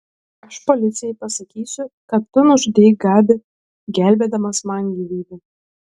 aš policijai pasakysiu kad tu nužudei gabį gelbėdamas man gyvybę